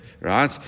right